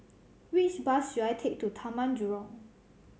which bus should I take to Taman Jurong